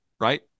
right